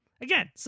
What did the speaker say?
Again